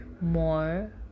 more